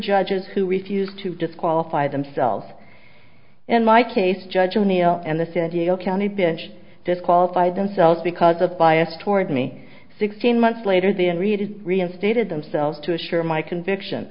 judges who refused to disqualify themselves in my case judge o'neil and the san diego county bench disqualified themselves because of bias toward me sixteen months later the and redid reinstated themselves to assure my conviction